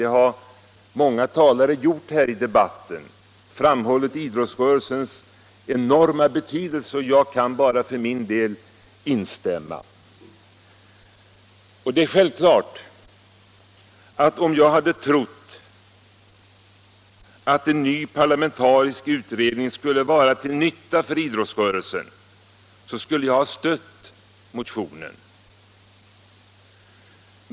Många talare har här i debatten framhållit idrottsrörelsens enorma betydelse, och jag kan bara för min del instämma. Det är självklart att om jag hade trott att en ny parlamentarisk utredning skulle vara till nytta för idrottsrörelsen, så skulle jag ha stött motionen.